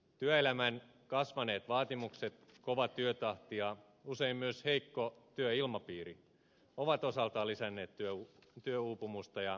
työelämän kasvaneet vaatimukset kova työtahti ja usein myös heikko työilmapiiri ovat osaltaan lisänneet työuupumusta ja työperäisiä sairauksia